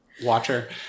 Watcher